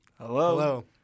Hello